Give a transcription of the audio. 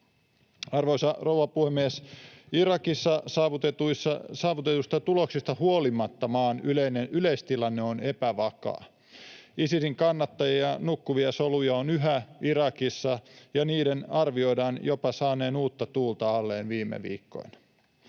Arvoisa rouva puhemies! Irakissa saavutetuista tuloksista huolimatta maan yleistilanne on epävakaa. Isisin kannattajia, nukkuvia soluja, on yhä Irakissa, ja niiden arvioidaan jopa saaneen uutta tuulta alleen viime viikkoina.